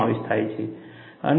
અને આ ઇન્ટ્રુશન ક્રેકમાં પરિણમે છે